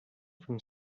from